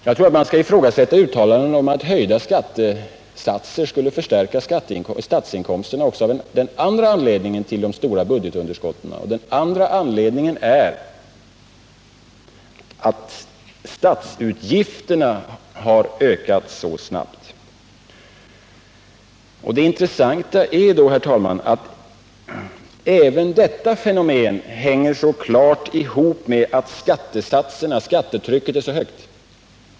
Jag tror att man skall ifrågasätta uttalanden om önskvärdheten av att höja skattesatserna också av en annan anledning, nämligen att statsutgifterna har ökat så snabbt. Det intressanta är att även detta fenomen hänger klart ihop med att skattetrycket är så hårt.